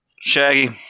Shaggy